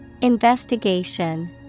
Investigation